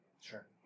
Sure